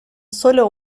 solo